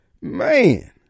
man